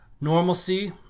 normalcy